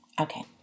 Okay